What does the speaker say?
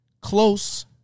close